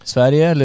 Sverige